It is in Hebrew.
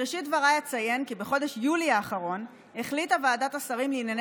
בראשית דבריי אציין כי בחודש יולי האחרון החליטה ועדת השרים לענייני